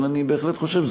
אבל אני בהחלט חושב,